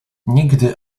nigdy